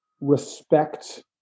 respect